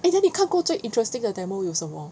and then 你看到最 interesting 的 demo 有什么